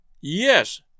Yes